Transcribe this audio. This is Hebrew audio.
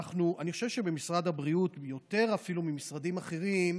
אני חושב שבמשרד הבריאות אפילו יותר ממשרדים אחרים,